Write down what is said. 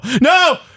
No